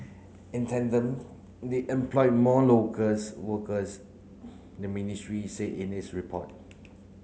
in tandem they employ more workers the ministry said in its report